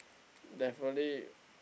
definitely